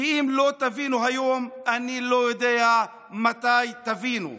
כי אם לא תבינו היום, אני לא יודע מתי תבינו: